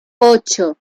ocho